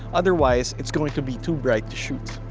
otherwise, it's going to be too bright to shoot.